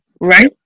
right